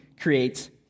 creates